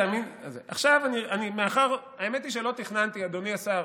האמת היא, אדוני השר,